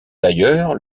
d’ailleurs